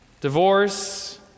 divorce